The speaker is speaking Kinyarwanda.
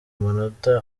manota